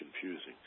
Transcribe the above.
confusing